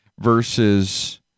Versus